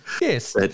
Yes